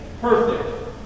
perfect